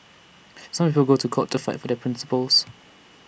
some people go to court to fight for their principles